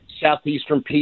southeastern